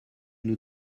nous